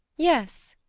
yes.